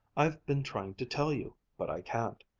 i've been trying to tell you. but i can't.